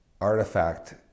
artifact